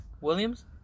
Williams